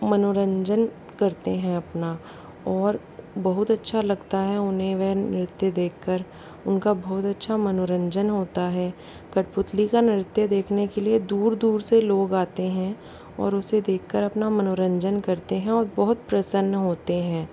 मनोरंजन करते हैं अपना और बहुत अच्छा लगता है उन्हें वह नृत्य देख कर उनका बहुत अच्छा मनोरंजन होता है कठपुतली का नृत्य देखने के लिए दूर दूर से लोग आते हैं और उसे देख कर अपना मनोरंजन करते है और बहुत प्रसन्न होते हैं